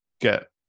get